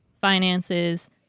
finances